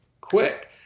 quick